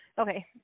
Okay